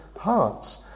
hearts